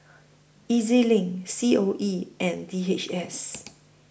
E Z LINK C O E and D H S